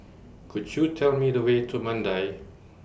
Could YOU Tell Me The Way to Mandai